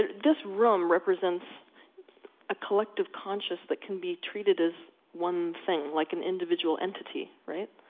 this room represents a collective conscious that can be treated as one thing. like, an individual entity. right?